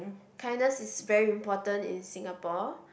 kindness is very important in Singapore